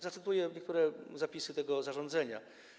Zacytuję niektóre zapisy tego zarządzenia.